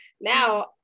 now